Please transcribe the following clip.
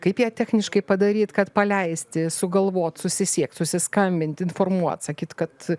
kaip ją techniškai padaryt kad paleisti sugalvot susisiekt susiskambinti informuot sakyt kad